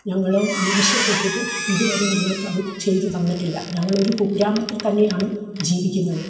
ഞങ്ങള് ആവശ്യപ്പെട്ടിട്ടും ഇതുവരെ ഞങ്ങൾക്ക് അത് ചെയ്ത് തന്നിട്ടില്ല ഞങ്ങളൊരു കുഗ്രാമത്തിൽ തന്നെയാണ് ജീവിക്കുന്നത്